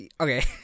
Okay